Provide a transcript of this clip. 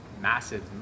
massive